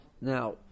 Now